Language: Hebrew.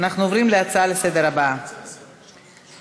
אנחנו עוברים להצעות הבאות לסדר-היום: